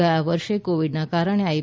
ગયા વર્ષે કોવિડના કારણે આ ઈ